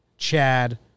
Chad